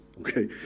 Okay